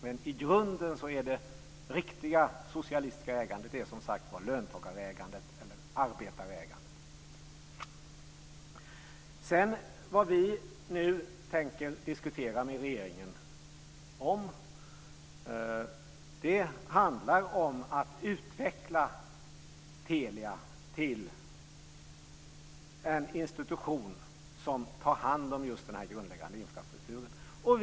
Men i grunden är det riktiga socialistiska ägandet löntagarägandet eller arbetarägandet. Det vi nu tänker diskutera med regeringen är att utveckla Telia till en institution som tar hand om just den grundläggande infrastrukturen.